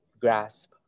grasp